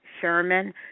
Sherman